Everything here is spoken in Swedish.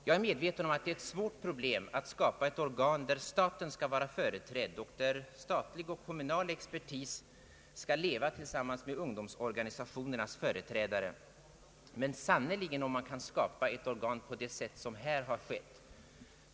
Jag är medveten om att det är ett svårt problem att skapa ett organ, där staten skall vara företrädd och där statlig och kommunal expertis skall leva tillsammans med ungdomsorganisationernas företrädare, men frågan är sannerligen om man kan skapa ett organ på det sätt som här har skett.